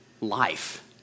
life